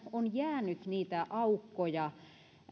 on jäänyt niitä aukkoja